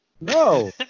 No